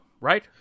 right